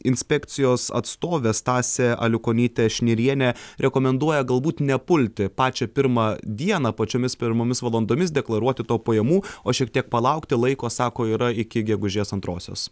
inspekcijos atstovė stasė aliukonytė šnirienė rekomenduoja galbūt nepulti pačią pirmą dieną pačiomis pirmomis valandomis deklaruoti to pajamų o šiek tiek palaukti laiko sako yra iki gegužės antrosios